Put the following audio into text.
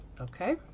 Okay